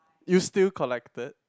you still collected